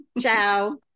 ciao